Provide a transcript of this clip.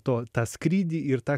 to tą skrydį ir tą